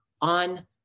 on